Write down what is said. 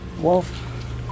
wolf